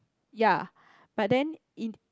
ya but then in